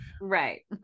Right